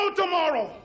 tomorrow